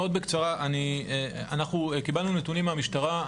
מאוד בקצרה אנחנו קיבלנו נתונים מהמשטרה.